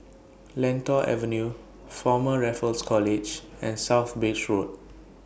Lentor Avenue Former Raffles College and South Bridge Road